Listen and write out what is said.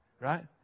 Right